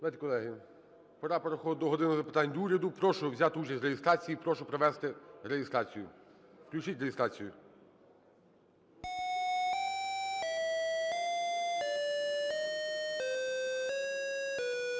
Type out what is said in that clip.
Отже, колеги, пора переходити до "години запитань до Уряду". Прошу взяти участь в реєстрації. Прошу провести реєстрацію. Включіть реєстрацію.